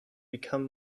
become